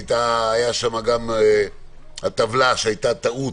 הייתה שם טבלה, שהייתה טעות,